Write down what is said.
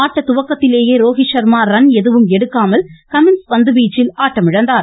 ஆட்டத்துவக்கத்திலேயே Rohit Sharma run எதுவும் எடுக்காமல் Cummins பந்துவீச்சில் ஆட்டமிழந்தார்